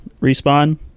Respawn